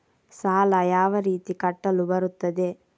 ಸಾಲ ಯಾವ ರೀತಿ ಕಟ್ಟಲು ಬರುತ್ತದೆ?